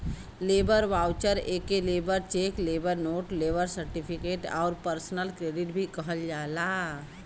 labour voucher एके labour cheque, labour note, labour certificate आउर personal credit भी कहल जाला